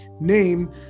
name